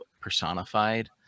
personified